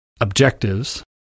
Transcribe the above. objectives